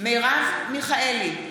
מרב מיכאלי,